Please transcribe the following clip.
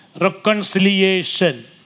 reconciliation